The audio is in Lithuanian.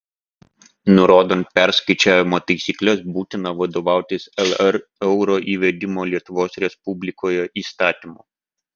nurodant perskaičiavimo taisykles būtina vadovautis lr euro įvedimo lietuvos respublikoje įstatymu